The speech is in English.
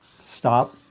stop